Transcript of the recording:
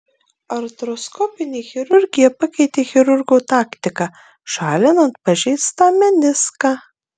artroskopinė chirurgija pakeitė chirurgo taktiką šalinant pažeistą meniską